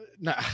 No